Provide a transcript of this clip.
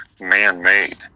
man-made